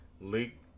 leak